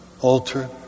altar